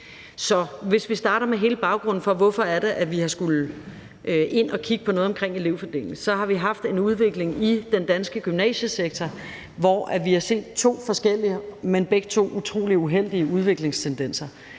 hvis vi starter med hele baggrunden for, at vi har skullet ind at kigge på noget omkring elevfordelingen, så har vi haft en udvikling i den danske gymnasiesektor, hvor vi har set to forskellige, men begge to utrolig uheldige udviklingstendenser.